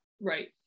Right